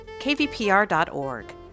kvpr.org